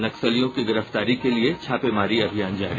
नक्सलियों की गिरफ्तारी के लिये छापेमारी अभियान जारी